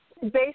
based